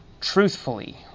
truthfully